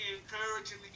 encouraging